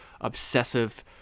obsessive